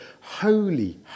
holy